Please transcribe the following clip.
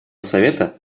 совета